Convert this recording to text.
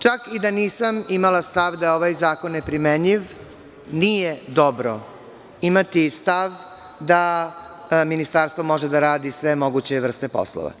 Čak i da nisam imala stav da je ovaj zakon neprimenljiv, nije dobro imati stav da Ministarstvo može da radi sve moguće vrste poslova.